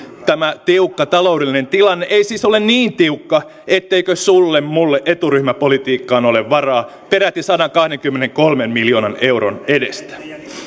tämä tiukka taloudellinen tilanne ei siis ole niin tiukka etteikö sulle mulle eturyhmäpolitiikkaan ole varaa peräti sadankahdenkymmenenkolmen miljoonan euron edestä